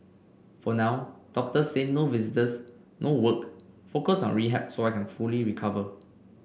for now doctor say no visitors no work focus on rehab so I can fully recover